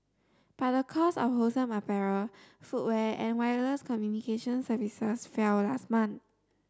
but the cost of wholesale apparel footwear and wireless communications services fell last month